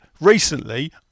recently